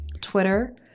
Twitter